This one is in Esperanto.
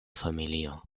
familio